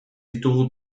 ditugu